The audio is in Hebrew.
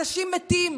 אנשים מתים,